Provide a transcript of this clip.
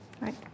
Right